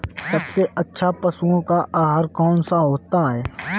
सबसे अच्छा पशुओं का आहार कौन सा होता है?